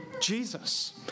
Jesus